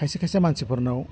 खायसे खायसे मानसिफोरनाव